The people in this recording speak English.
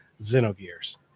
Xenogears